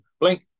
blank